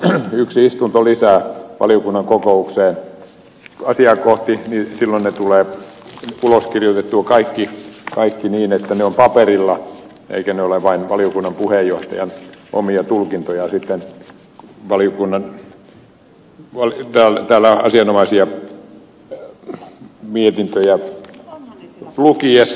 vielä yksi istunto lisää valiokunnan kokouksiin asiaa kohti niin silloin kaikki asiat tulevat ulos kirjoitetuiksi niin että ne ovat paperilla eivätkä ne ole sitten vain valiokunnan puheenjohtajan omia tulkintoja täällä asianomaisia valiokunnan mietintöjä lukiessa